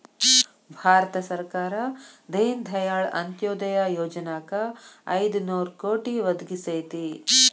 ಭಾರತ ಸರ್ಕಾರ ದೇನ ದಯಾಳ್ ಅಂತ್ಯೊದಯ ಯೊಜನಾಕ್ ಐದು ನೋರು ಕೋಟಿ ಒದಗಿಸೇತಿ